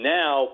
now